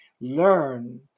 learn